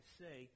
say